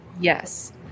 Yes